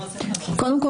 קודם כול,